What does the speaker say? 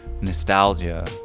Nostalgia